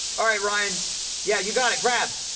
alright, ryan yeah, you got it! grab!